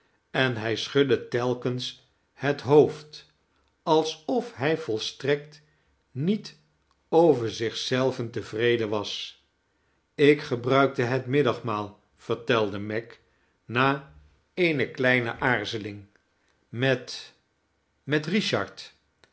en hij schudde telkens het hoofd alsof hij volstrekt niet over zich zelven tevreden was ik gebruikte het middagmaal vertelde meg na eene kleine aarzeling met met richard